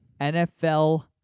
NFL